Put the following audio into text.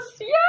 Yes